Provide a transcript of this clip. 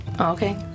okay